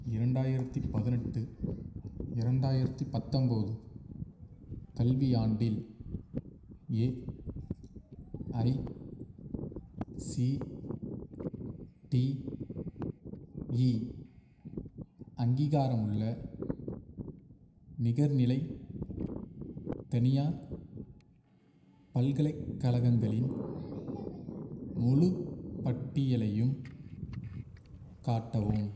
இரண்டாயிரத்தி பதினெட்டு இரண்டாயிரத்தி பத்தொன்போது கல்வியாண்டில் ஏஐசிடிஇ அங்கீகாரமுள்ள நிகர்நிலை தனியார் பல்கலைக்கழகங்களின் முழுப்பட்டியலையும் காட்டவும்